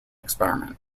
experiment